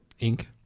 Inc